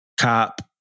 cop